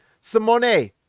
simone